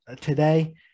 today